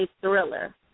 thriller